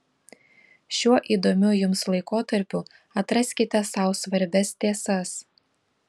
šiuo įdomiu jums laikotarpiu atraskite sau svarbias tiesas